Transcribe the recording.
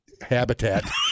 habitat